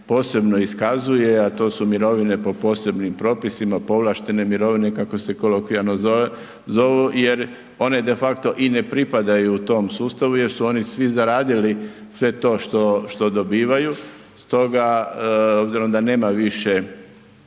posebno iskazuje, a to su mirovine po posebnim propisima, povlaštene mirovine, kako se kolokvijalno zovu, jer one defakto i ne pripadaju tom sustavu jer su oni svi zaradili sve to što, što dobivaju, stoga obzirom da nema više